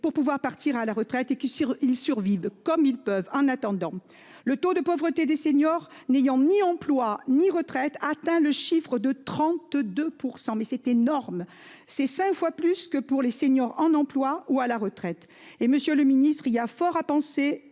pour pouvoir partir à la retraite et que si ils survivent comme ils peuvent. En attendant, le taux de pauvreté des seniors n'ayant ni emploi ni retraite atteint le chiffre de 32% mais c'est énorme, c'est 5 fois plus que pour les seniors en emploi ou à la retraite, et monsieur le ministre, il y a fort à penser